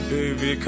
Baby